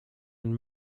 and